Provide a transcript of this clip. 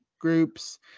groups